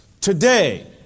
today